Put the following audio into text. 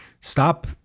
stop